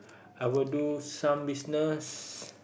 I will do some business